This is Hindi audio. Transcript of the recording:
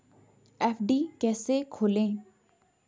एफ.डी कैसे खोलें?